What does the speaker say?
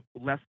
less